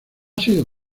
sido